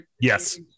yes